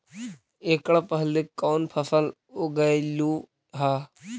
एकड़ पहले कौन फसल उगएलू हा?